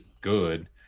good